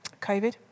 COVID